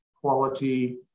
quality